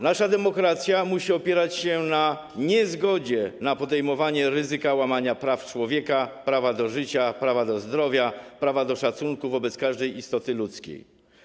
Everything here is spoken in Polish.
Nasza demokracja musi opierać się na niezgodzie na podejmowanie ryzyka łamania praw człowieka, prawa do życia, prawa do zdrowia, prawa do szacunku wobec każdej istoty ludzkiej.